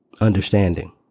Understanding